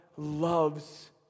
loves